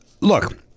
Look